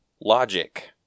logic